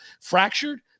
fractured